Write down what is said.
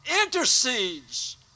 intercedes